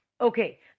Okay